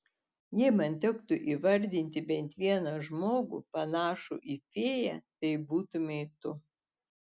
jei man tektų įvardyti bent vieną žmogų panašų į fėją tai būtumei tu